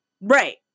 right